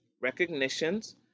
recognitions